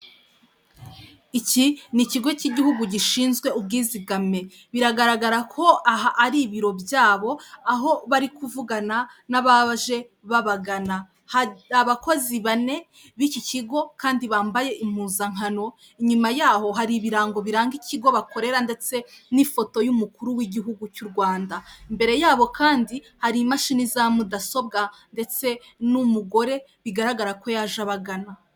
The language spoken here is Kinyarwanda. Iki ni ikigo cy'igihugu gishinzwe ubwizigame, biragaragara ko aha ari ibiro byabo aho bari kuvugana n'abaje babagana, hari abakozi bane b'iki kigo kandi bambaye impuzankano, inyuma yaho hari ibirango biranga ikigo bakorera ndetse n'ifoto y'umukuru w'igihugu cy'u Rwanda, imbere yabo kandi hari imashini za mudasobwa ndetse n'umugore bigaragara ko yaje abagana.